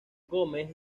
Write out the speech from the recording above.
gómez